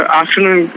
afternoon